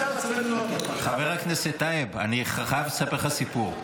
חבר הכנסת טייב, אני חייב לספר לך סיפור.